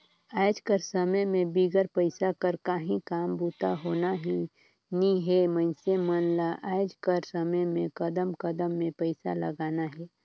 आएज कर समे में बिगर पइसा कर काहीं काम बूता होना नी हे मइनसे मन ल आएज कर समे में कदम कदम में पइसा लगना हे